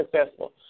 successful